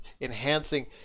enhancing